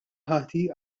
ħati